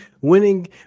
winning